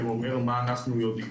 אני אומר את מה שאנחנו יודעים.